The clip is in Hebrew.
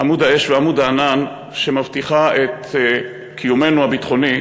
עמוד האש ועמוד הענן, שמבטיחה את קיומנו הביטחוני,